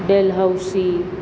Dalhousie